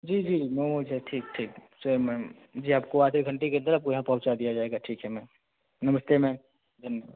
जी जी जी ममोज़ है ठीक ठीक सो है मैम जी आपको आधे घंटे के अंदर आपको यहाँ पहुँचा दिया जाएगा ठीक है मैम नमस्ते मैम धन्यवाद